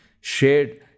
shared